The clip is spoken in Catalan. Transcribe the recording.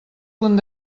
punt